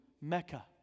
Mecca